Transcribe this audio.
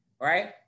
right